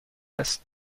است